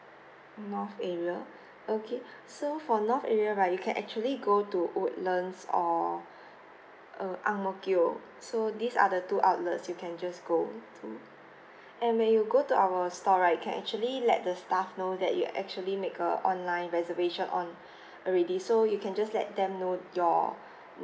north area okay so for north area right you can actually go to woodlands or err ang mo kio so these are the two outlets you can just go to and when you go to our store right you can actually let the staff know that you actually make a online reservation on already so you can just let them know your